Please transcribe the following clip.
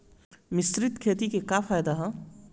मिश्रित खेती क का फायदा ह?